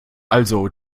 also